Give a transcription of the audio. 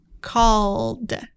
called